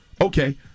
Okay